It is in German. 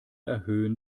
erhöhen